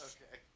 Okay